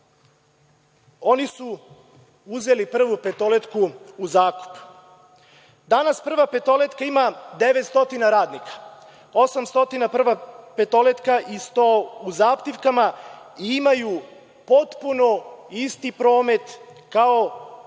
oni su uzeli „Prvu petoletku“ u zakup. Danas „Prva petoletka“ ima 900 radnika, 800 „Prva petoletka“ i 100 u zaptivkama, i imaju potpuno isti promet kao i